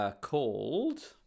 called